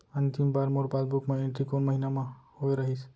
अंतिम बार मोर पासबुक मा एंट्री कोन महीना म होय रहिस?